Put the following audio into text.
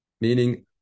meaning